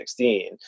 2016